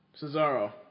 Cesaro